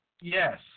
Yes